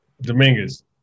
Dominguez